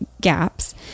gaps